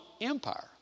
Empire